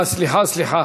סליחה, סליחה.